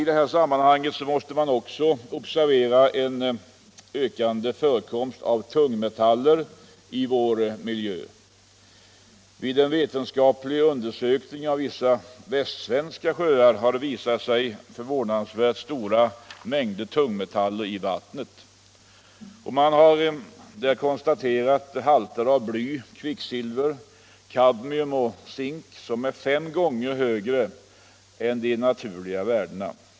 I det här sammanhanget måste man också observera en ökande fö = Åtgärder för att rekomst av tungmetaller i vår miljö. Vid en vetenskaplig undersökning motverka negativa av vissa västsvenska sjöar har påvisats förvånansvärt stora mängder tung = effekter av metaller i vattnet. Man har konstaterat halter av bly, kvicksilver, kad = svavelutsläpp mium och zink som är fem gånger högre än de naturliga värdena.